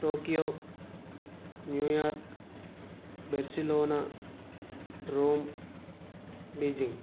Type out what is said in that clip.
Tokyo New York Barcelona Rome Beijing